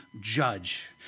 judge